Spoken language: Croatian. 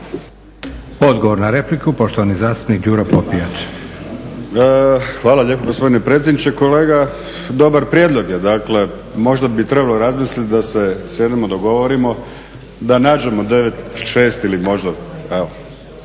Odgovor na repliku poštovani zastupnik Đuro Popijač. **Popijač, Đuro (HDZ)** Hvala lijepo gospodine predsjedniče. Kolega, dobar prijedlog je. Dakle, možda bi trebali razmisliti da se sjednemo, dogovorimo da nađemo 9, 6 ili možda